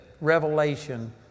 revelation